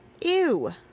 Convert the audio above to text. Ew